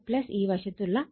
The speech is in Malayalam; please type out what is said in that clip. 5 ഈ വശത്തും 8